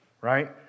right